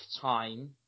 time